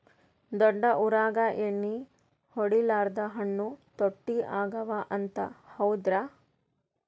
ದೊಡ್ಡ ಊರಾಗ ಎಣ್ಣಿ ಹೊಡಿಲಾರ್ದ ಹಣ್ಣು ತುಟ್ಟಿ ಅಗವ ಅಂತ, ಹೌದ್ರ್ಯಾ?